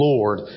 Lord